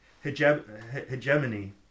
hegemony